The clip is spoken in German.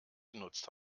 genutzt